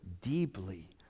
deeply